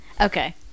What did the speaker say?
Okay